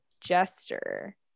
jester